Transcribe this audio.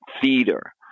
theater